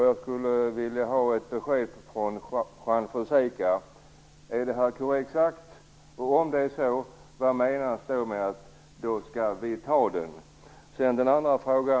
Jag skulle vilja ha ett besked av Juan Fonseca: Är detta korrekt citerat? Om det är så, vad menas med att invandrarna "kommer att ta den"? Sedan har jag en annan fråga.